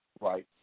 Right